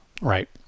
Right